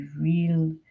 real